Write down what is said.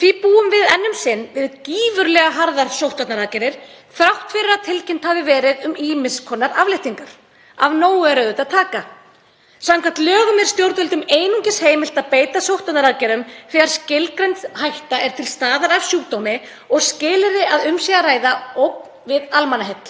Því búum við enn um sinn við gífurlega harðar sóttvarnaaðgerðir þrátt fyrir að tilkynnt hafi verið um ýmiss konar afléttingar. Af nógu er að taka. Samkvæmt lögum er stjórnvöldum einungis heimilt að beita sóttvarnaaðgerðum þegar skilgreind hætta er til staðar af sjúkdómi og skilyrði að um sé að ræða ógn við almannaheill.